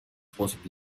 способ